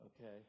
Okay